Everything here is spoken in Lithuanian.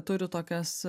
turi tokias